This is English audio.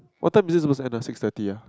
what time is this supposed to end ah six thirty ah